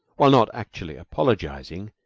while not actually apologizing,